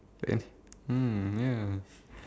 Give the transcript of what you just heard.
then he mm ya